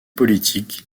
politique